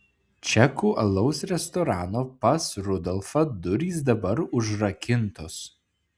čekų alaus restorano pas rudolfą durys dabar užrakintos